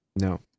No